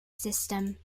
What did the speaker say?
system